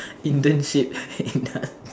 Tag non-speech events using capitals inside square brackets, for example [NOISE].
internship [LAUGHS]